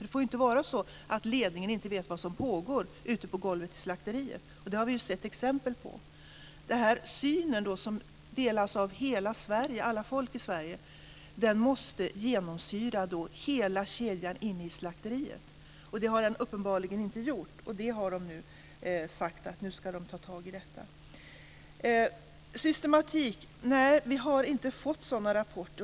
Det får inte vara så att ledningen inte vet vad som pågår ute på golvet i slakteriet. Det har vi sett exempel på. Den syn som delas av alla människor i Sverige måste genomsyra hela kedjan inne i slakteriet. Det har den uppenbarligen inte gjort. Det har man nu sagt att man ska ta tag i. Systematik, nej, vi har inte fått sådana rapporter.